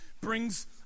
brings